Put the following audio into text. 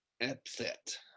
upset